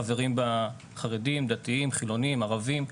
חברים בה, חרדים, דתיים, חילוניים, ערבים,